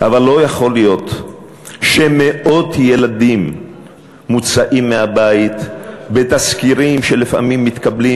אבל לא יכול להיות שמאות ילדים מוצאים מהבית בתסקירים שלפעמים מתקבלים